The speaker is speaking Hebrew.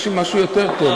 יש לי משהו יותר טוב,